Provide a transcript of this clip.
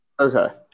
Okay